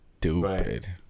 stupid